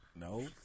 No